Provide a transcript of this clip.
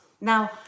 now